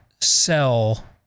sell